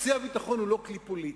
תקציב הביטחון הוא לא כלי פוליטי.